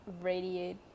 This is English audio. radiate